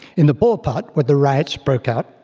in the poor part, where the riots broke out,